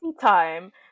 time